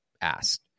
asked